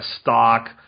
stock